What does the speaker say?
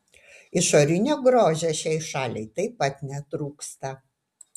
išorinio grožio šiai šaliai taip pat netrūksta